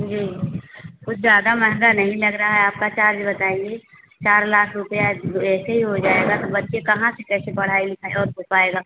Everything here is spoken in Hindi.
जी कुछ ज़्यादा महंगा नहीं लग रहा हैं आपका चार्ज बताइए चार लाख रुपया ऐसे ही हो जाएगा तो बच्चे कहाँ से कैसे पढ़ाई लिखाई और हो पाएगा